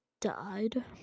died